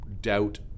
doubt